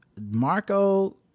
Marco